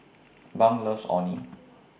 Bunk loves Orh Nee